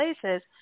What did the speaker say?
places